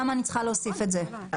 למה אני צריכה להוסיף את זה?